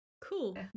Cool